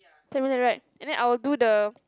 ten million right and then I will do the